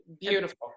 beautiful